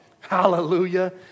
Hallelujah